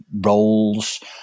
roles